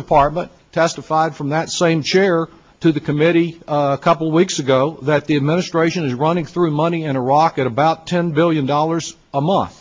depart i testified from that same chair to the committee a couple weeks ago that the administration is running through money in iraq at about ten billion dollars a month